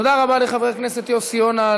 תודה רבה לחבר הכנסת יוסי יונה.